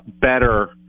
better